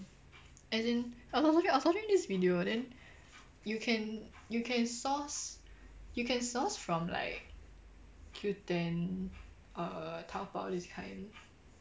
as in I was watching I was watching this video then you can you can source you can source from like Q ten err taobao this kind